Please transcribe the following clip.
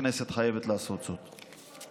הכנסת חייבת לעשות זאת.